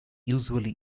usually